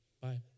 Bye